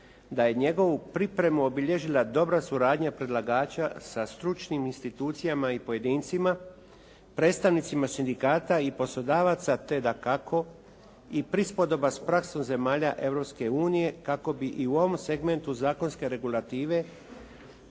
da je njegovu pripremu obilježila dobra suradnja predlagača sa stručnim institucijama i pojedincima, predstavnicima sindikata i poslodavaca, te dakako i prispodoba sa praksom zemalja Europske unije kako bi i u ovom segmentu zakonske regulative